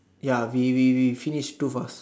ya we we we finish too fast